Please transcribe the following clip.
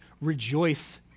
rejoice